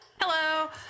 Hello